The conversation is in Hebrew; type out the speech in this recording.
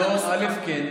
ראשית, כן.